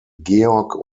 georg